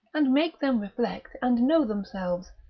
and make them reflect and know themselves,